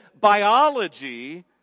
biology